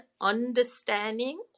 understanding